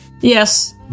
Yes